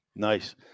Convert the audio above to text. nice